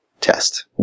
test